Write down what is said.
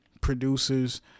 producers